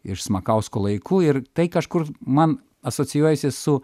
ir smakausko laikų ir tai kažkur man asocijuojasi su